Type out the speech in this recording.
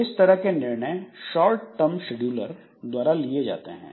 इस तरह के निर्णय शॉर्ट टर्म शेड्यूलर द्वारा लिए जाते हैं